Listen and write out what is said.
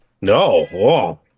No